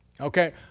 Okay